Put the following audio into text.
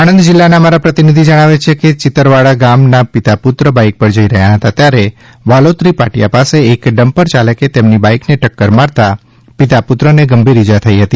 આણંદ જિલ્લાના અમારા પ્રતિનિધી જણાવે છે કે ચિતરવાડા ગામના પિતા પુત્ર બાઇક પર જઇ રહ્યા હતા ત્યારે વાલોત્રી પાટીયા પાસે એક ડમ્પર યાલકે તેમની બાઇકને ટક્કર મારતા પિતા પુત્રને ગંભીર ઇજા થઇ હતી